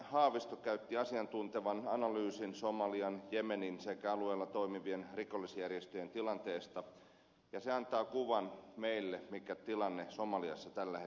haavisto käytti asiantuntevan analyysin somalian jemenin sekä alueella toimivien rikollisjärjestöjen tilanteesta ja se antaa meille kuvan siitä mikä tilanne somaliassa tällä hetkellä on